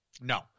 No